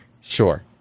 Sure